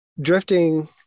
drifting